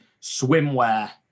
swimwear